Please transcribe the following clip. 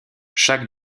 chaque